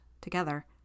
together